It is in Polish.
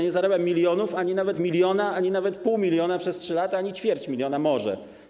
Nie zarabiam milionów ani nawet miliona, ani nawet pół miliona przez 3 lata, ani ćwierć miliona, może.